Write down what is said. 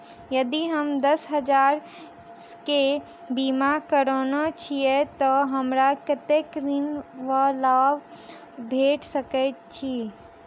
यदि हम दस हजार केँ बीमा करौने छीयै तऽ हमरा कत्तेक ऋण वा लोन भेट सकैत अछि?